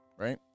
Right